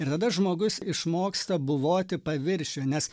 ir tada žmogus išmoksta buvoti paviršiuje nes